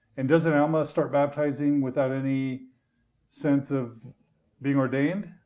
and does and alma start baptizing without any sense of being ordained?